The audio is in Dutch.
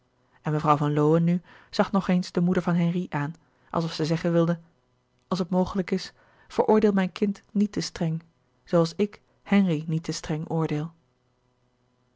en mevrouw van lowe nu zag nog eens de moeder van henri aan alsof zij zeggen wilde als het mogelijk is veroordeel mijn kind niet te streng zooals ik henri niet te streng oordeel